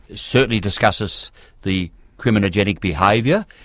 certainly discusses the criminogenic behaviour,